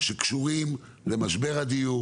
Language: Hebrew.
שקשורים למשבר הדיור,